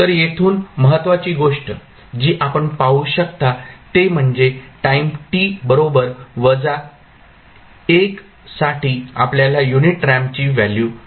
तर येथून महत्त्वाची गोष्ट जी आपण पाहू शकता ते म्हणजे टाईम t बरोबर वजा 1 साठी आपल्याला युनिट रॅम्पची व्हॅल्यू मिळेल